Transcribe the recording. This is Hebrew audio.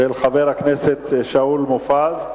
של חבר הכנסת שאול מופז,